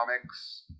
Comics